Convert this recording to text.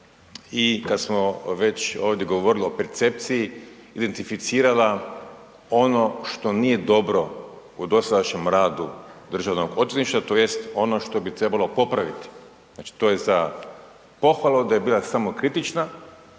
i kada smo već ovdje govorili o percepciji, identificirala ono što nije dobro u dosadašnjem radu državnog odvjetništva, tj. ono što bi trebalo popraviti. Znači to je za pohvalu da je bila samokritična